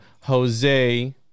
Jose